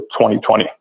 2020